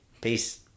peace